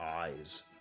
eyes